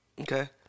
Okay